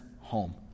home